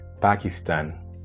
Pakistan